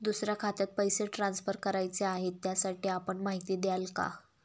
दुसऱ्या खात्यात पैसे ट्रान्सफर करायचे आहेत, त्यासाठी आपण माहिती द्याल का?